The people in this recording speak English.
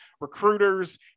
recruiters